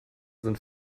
sind